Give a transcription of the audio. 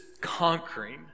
conquering